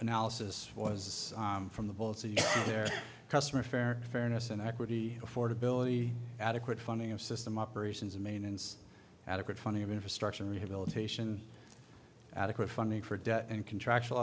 analysis was from the votes of their customers fair fairness and equity affordability adequate funding of system operations and maintenance adequate funding of infrastructure rehabilitation adequate funding for debt and contractual